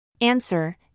Answer